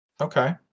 okay